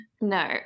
no